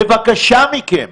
בבקשה מכם.